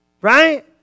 Right